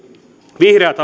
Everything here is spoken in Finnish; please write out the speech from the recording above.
vihreät